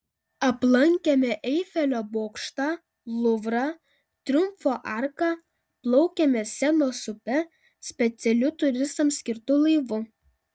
aplankėme eifelio bokštą luvrą triumfo arką plaukėme senos upe specialiu turistams skirtu laivu